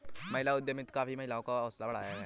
महिला उद्यमिता ने काफी महिलाओं का हौसला बढ़ाया है